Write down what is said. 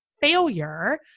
failure